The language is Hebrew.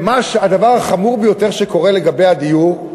הדבר החמור ביותר שקורה לגבי הדיור,